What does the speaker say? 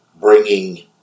bringing